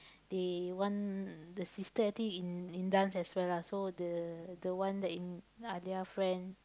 they want the sister I think in in dance as well lah so the the one that in Alia friend